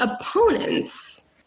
opponents